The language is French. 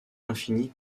infinies